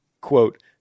quote